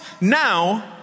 now